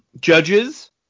judges